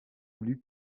voulu